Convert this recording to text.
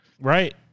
Right